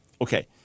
Okay